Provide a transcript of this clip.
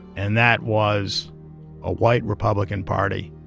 and that was a white republican party